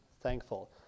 thankful